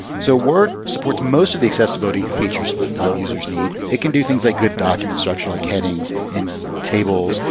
so word supports most of the accessibility features um users need. it can do things like good document structure, like headings, and tables,